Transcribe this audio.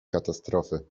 katastrofy